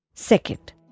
Second